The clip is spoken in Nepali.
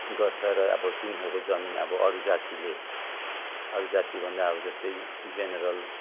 गर्छ र अब तिनीहरूको जमिन अब अरू जातिले अरू जतिभन्दा जस्तै जेनरल